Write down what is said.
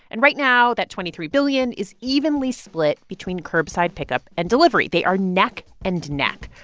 and right now, that twenty three billion is evenly split between curbside pickup and delivery. they are neck and neck.